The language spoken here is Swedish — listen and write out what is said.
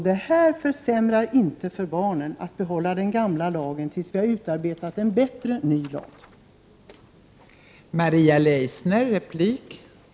Att behålla den gamla lagen tills en ny och bättre lag har utarbetats försämrar inte för barnen.